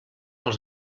als